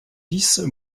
dix